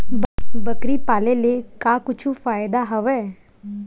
बकरी पाले ले का कुछु फ़ायदा हवय?